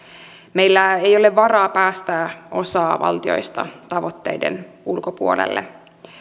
meillä ei ole varaa päästää osaa valtioista tavoitteiden ulkopuolelle